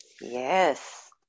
yes